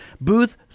booth